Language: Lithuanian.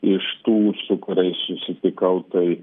iš tų su kuriais susitikau tai